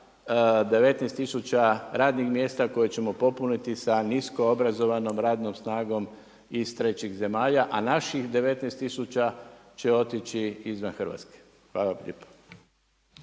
tisuća radnih mjesta koje ćemo popuniti sa nisko obrazovanom radnom snagom iz trećeg zemalja, a naših 19 tisuća će otići izvan Hrvatske. Hvala lijepa.